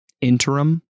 interim